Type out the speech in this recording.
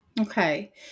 Okay